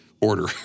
order